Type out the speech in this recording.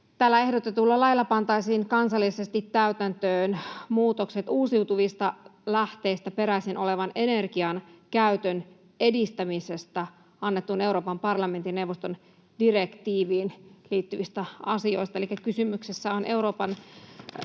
Tällä ehdotetulla lailla pantaisiin kansallisesti täytäntöön muutokset uusiutuvista lähteistä peräisin olevan energian käytön edistämisestä annetun Euroopan parlamentin neuvoston direktiiviin liittyvistä asioista.